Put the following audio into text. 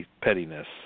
pettiness